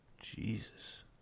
Jesus